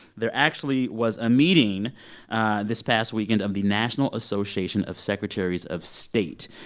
there actually was a meeting this past weekend of the national association of secretaries of state.